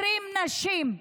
20 נשים.